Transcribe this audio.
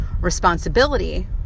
responsibility